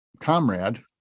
comrade